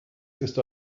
ist